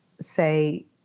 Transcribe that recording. say